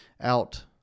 out